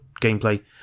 gameplay